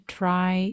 try